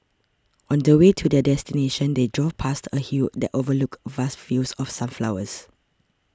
on the way to their destination they drove past a hill that overlooked vast fields of sunflowers